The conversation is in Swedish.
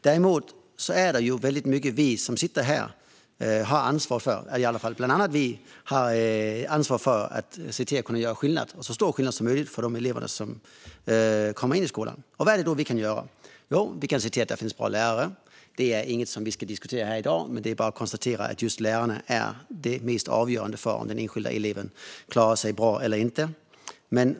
Däremot har vi ansvar för att göra så stor skillnad som möjligt för de elever som går i skolan. Vad kan vi då göra? Jo, vi kan se till att det finns bra lärare. Det är inte något vi ska diskutera i dag, men det är bara att konstatera att just lärarna är mest avgörande för om den enskilda eleven klarar sig bra eller inte.